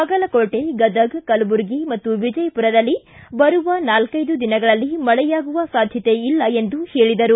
ಬಾಗಲಕೋಟೆ ಗದಗ್ ಕಲಬುರ್ಗಿ ಮತ್ತು ವಿಜಯಪುರದಲ್ಲಿ ಬರುವ ನಾಲ್ಕೈದು ದಿನಗಳಲ್ಲಿ ಮಳೆಯಾಗುವ ಸಾಧ್ಯತೆ ಇಲ್ಲ ಎಂದು ಹೇಳಿದರು